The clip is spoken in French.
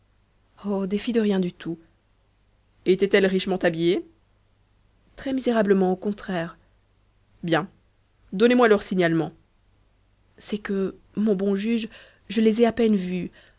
des filles de rien du tout étaient-elles richement habillées très misérablement au contraire bien donnez-moi leur signalement c'est que mon bon juge je les ai à peine vues